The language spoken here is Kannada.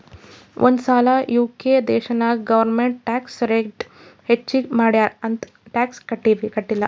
ಒಂದ್ ಸಲಾ ಯು.ಕೆ ದೇಶನಾಗ್ ಗೌರ್ಮೆಂಟ್ ಟ್ಯಾಕ್ಸ್ ರೇಟ್ ಹೆಚ್ಚಿಗ್ ಮಾಡ್ಯಾದ್ ಅಂತ್ ಟ್ಯಾಕ್ಸ ಕಟ್ಟಿಲ್ಲ